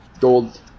gold